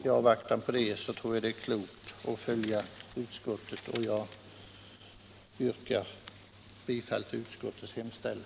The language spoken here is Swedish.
och i avvaktan på detta tror jag det är klokt att följa vad skatteutskottet nu föreslår. Jag yrkar bifall till utskottets hemställan.